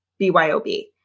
BYOB